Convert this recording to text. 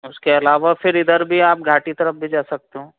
उसके अलावा फिर इधर आप भी घाटी तरफ़ भी देख सकते हो